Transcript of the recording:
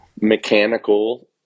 mechanical